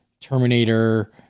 Terminator